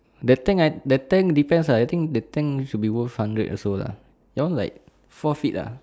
the tanks ah the tank depends ah I think the tank should be worth hundred also lah that one like four feet uh